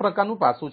પ્રકારનું પાસું છે